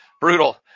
Brutal